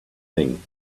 thing